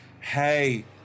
Hey